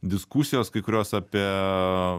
diskusijos kai kurios apie